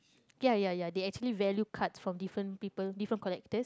ya ya ya they actually value cards from different people different collectors